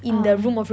ah